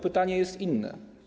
Pytanie jest inne.